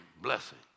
blessing